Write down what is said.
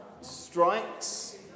Strikes